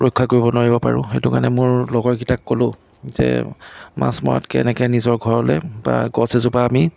ৰক্ষা কৰিব নোৱাৰিব পাৰোঁ সেইটো কাৰণে মোৰ লগৰ কেইটাক ক'লো যে মাছ মৰাতকৈ এনেকৈ নিজৰ ঘৰলৈ বা গছ এজোপা আমি